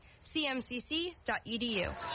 cmcc.edu